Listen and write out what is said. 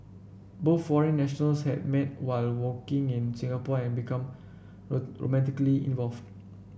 both foreign nationals had met while working in Singapore and become romantically involved